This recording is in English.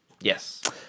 Yes